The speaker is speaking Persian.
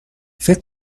فکر